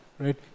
right